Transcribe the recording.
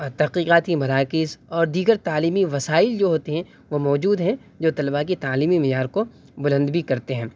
اور تحقیقاتی مراکز اور دیگر تعلیمی وسائل جو ہوتے ہیں وہ موجود ہیں جو طلبا کی تعلیمی معیار کو بلند بھی کرتے ہیں